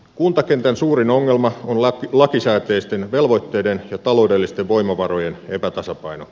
kuntakentän suurin ongelma on lakisääteisten velvoitteiden ja taloudellisten voimavarojen epätasapaino